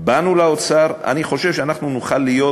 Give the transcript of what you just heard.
באנו לאוצר, ואני חושב שאנחנו נוכל להיות